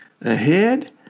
ahead